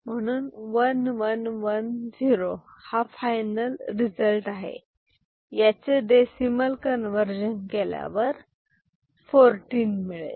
म्हणून 1110 हा final result आहे याचे डेसिमल कन्वर्जन केल्यावर फोर्टीन मिळेल